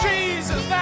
Jesus